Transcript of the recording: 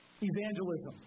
Evangelism